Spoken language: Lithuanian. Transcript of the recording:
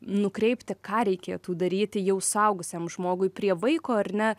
nukreipti ką reikėtų daryti jau suaugusiam žmogui prie vaiko ar ne